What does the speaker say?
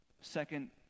Second